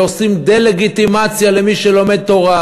ועושים דה-לגיטימציה למי שלומד תורה,